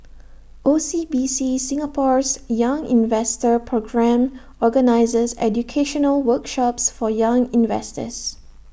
O C B C Singapore's young investor programme organizes educational workshops for young investors